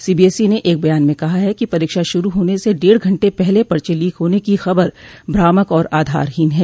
CBSE ने एक बयान में कहा कि परीक्षा श्रू होने से डेढ़ घंटे पहले पर्चे लीक होने की खबर भ्रामक और आधारहीन है